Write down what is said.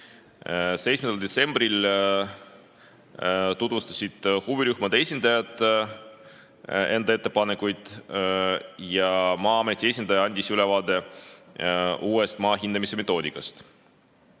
7. detsembril tutvustasid huvirühmade esindajad enda ettepanekuid ja Maa-ameti esindaja andis ülevaate uuest maa hindamise metoodikast.